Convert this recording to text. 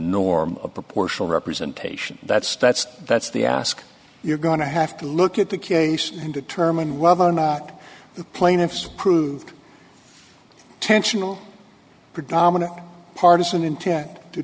norm a proportional representation that states that's the ask you're going to have to look at the case and determine whether or not the plaintiffs proved tensional predominant partisan intent to